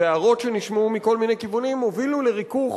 וההערות שנשמעו מכל מיני כיוונים הובילו לריכוך